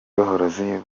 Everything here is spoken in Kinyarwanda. borozi